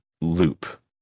loop